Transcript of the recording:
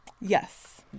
Yes